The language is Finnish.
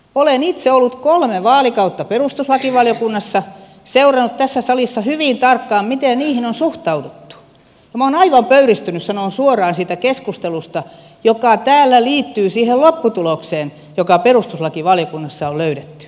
olen itse ollut kolme vaalikautta perustuslakivaliokunnassa seurannut tässä salissa hyvin tarkkaan miten lausuntoihin on suhtauduttu ja minä olen aivan pöyristynyt sanon suoraan siitä keskustelusta joka täällä liittyy siihen lopputulokseen joka perustuslakivaliokunnassa on löydetty